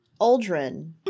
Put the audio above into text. Aldrin